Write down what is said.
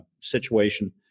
situation